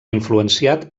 influenciat